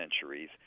centuries